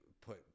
put